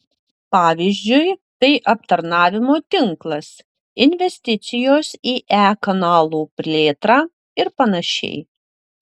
pavyzdžiui tai aptarnavimo tinklas investicijos į e kanalų plėtrą ir panašiai